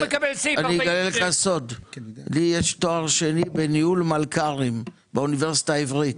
אגלה לך סוד: יש לי תואר שני בניהול מלכ"רים מן האוניברסיטה העברית.